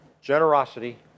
generosity